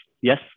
yes